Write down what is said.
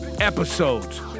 episodes